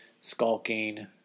skulking